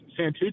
Santucci